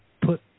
put